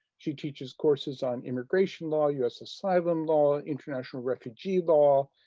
she teaches courses on immigration law, us asylum law, international refugee law,